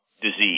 disease